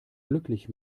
glücklich